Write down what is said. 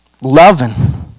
loving